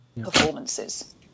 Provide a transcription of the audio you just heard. performances